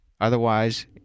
Otherwise